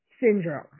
syndrome